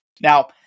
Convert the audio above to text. now